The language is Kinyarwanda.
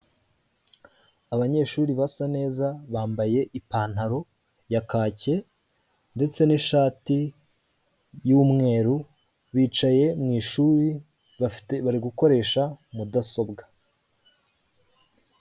Abanyeshuri basa neza bambaye ipantaro ya kaki ndetse n'ishati y'umweru bicaye mu ishuri bari gukoresha mudasobwa.